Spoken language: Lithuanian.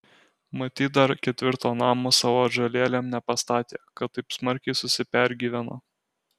matyt dar ketvirto namo savo atžalėlėm nepastatė kad taip smarkiai susipergyveno